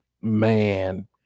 Man